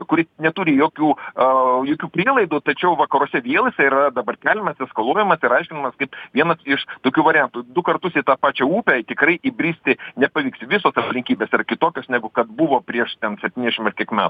kuris neturi jokių a jokių prielaidų tačiau vakaruose vėl jisai yra dabar keliamas eskaluojamas ir aiškinamas kaip vienas iš tokių variantų du kartus į tą pačią upę tikrai įbristi nepavyks visokios aplinkybės yra kitokios negu kad buvo prieš ten septyniasdešimt ar kiek metų